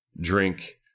drink